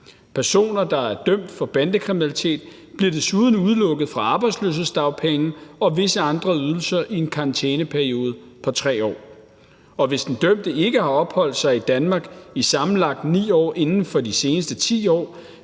Personer, der er dømt for bandekriminalitet, bliver desuden udelukket fra arbejdsløshedsdagpenge og visse andre ydelser i en karantæneperiode på 3 år. Og hvis den dømte ikke har opholdt sig i Danmark i sammenlagt 9 år inden for de seneste 10 år,